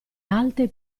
alte